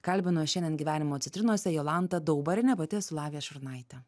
kalbinu šiandien gyvenimo citrinose jolantą daubarienę pati esu lavija šurnaitė